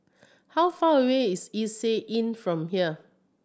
how far away is Istay Inn from here